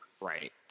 Right